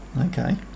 Okay